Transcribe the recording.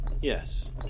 Yes